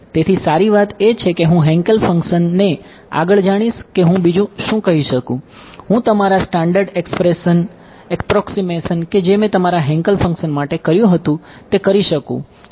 તેથી સારી વાત એ છે કે હું હેન્કેલ ફંક્શનને આગળ જાણીશ કે હું બીજું શું કહી શકું હું તમારા સ્ટાન્ડર્ડ એપ્રોક્સીમેશન કે જે મેં તમારા હેન્કલ ફંક્શન માટે કર્યું હતું તે કરી શકું જે છે